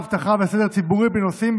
אבטחה וסדר ציבורי בנושאים,